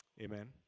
Amen